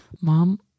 mom